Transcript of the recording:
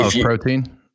protein